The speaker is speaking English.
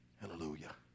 Hallelujah